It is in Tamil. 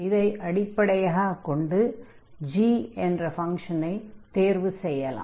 இதை அடிப்படையாக வைத்துக் கொண்டு g ஐ தேர்வு செய்யலாம்